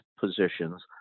positions